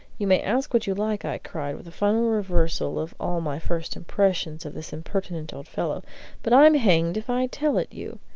you may ask what you like, i cried, with a final reversal of all my first impressions of this impertinent old fellow but i'm hanged if i tell it you!